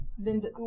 Linda